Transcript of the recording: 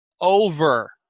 over